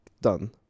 done